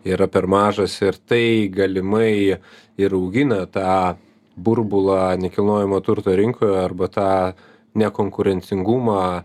yra per mažas ir tai galimai ir augina tą burbulą nekilnojamo turto rinkoje arba tą nekonkurencingumą